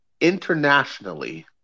internationally